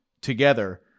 together